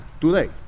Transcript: today